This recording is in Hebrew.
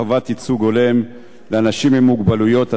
חובת ייצוג הולם לאנשים עם מוגבלות),